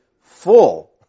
full